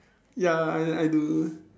ya I I do